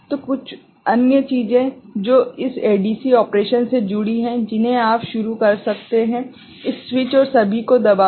तो अन्य चीजें जो इस एडीसी ऑपरेशन से जुड़ी हैं जिन्हें आप शुरू कर सकते हैं इस स्विच और सभी को दबाकर